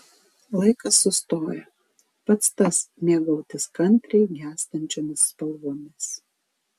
laikas sustoja pats tas mėgautis kantriai gęstančiomis spalvomis